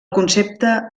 concepte